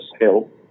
help